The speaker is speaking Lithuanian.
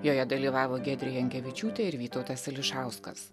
joje dalyvavo giedrė jankevičiūtė ir vytautas ališauskas